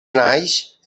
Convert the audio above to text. naix